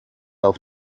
auf